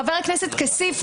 חבר הכנסת כסיף,